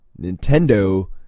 Nintendo